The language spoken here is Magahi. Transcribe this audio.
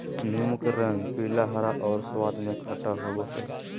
नीबू के रंग पीला, हरा और स्वाद में खट्टा होबो हइ